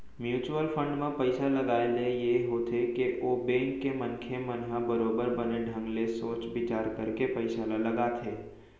mutual fund म पइसा लगाए ले ये होथे के ओ बेंक के मनखे मन ह बरोबर बने ढंग ले सोच बिचार करके पइसा ल लगाथे